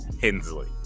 Hensley